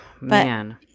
man